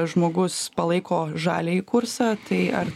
žmogus palaiko žaliąjį kursą tai ar